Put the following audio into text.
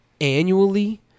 annually